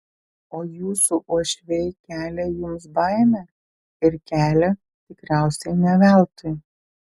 o jūsų uošviai kelia jums baimę ir kelia tikriausiai ne veltui